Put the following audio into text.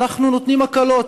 ואנחנו נותנים הקלות,